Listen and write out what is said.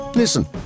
Listen